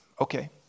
okay